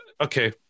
okay